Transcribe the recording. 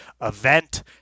event